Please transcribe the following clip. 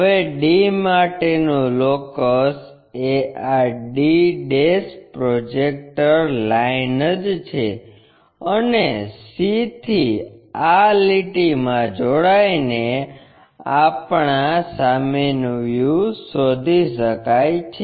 હવે d માટેનું locus એ આ d પ્રોજેક્ટર લાઇન જ છે અને c થી આ લીટીમાં જોડાઈને આપણું સામેનું વ્યુ શોધી શકાય છે